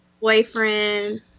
boyfriend